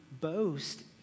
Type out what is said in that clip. boast